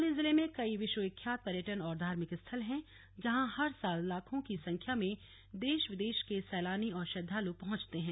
चमोली जिले में कई विश्व विख्यात पर्यटन और धार्मिक स्थल हैं जहां हर साल लाखों की संख्या में देश विदेश के सैलानी और श्रद्वालु पहुंचते हैं